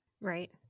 Right